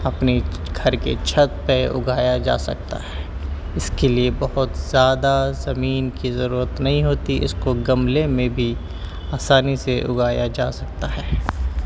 اپنی گھر کے چھت پہ اگایا جا سکتا ہے اس کے لیے بہت زیادہ زمین کی ضرورت نہیں ہوتی اس کو گملے میں بھی آسانی سے اگایا جا سکتا ہے